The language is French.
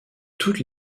toutes